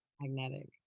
Magnetic